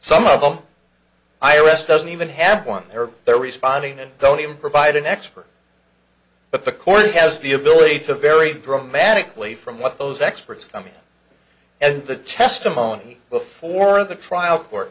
some of them i arrest doesn't even have one they're responding and don't even provide an expert but the court has the ability to vary dramatically from what those experts come in and the testimony before the trial